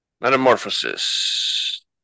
Metamorphosis